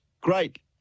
great